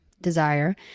desire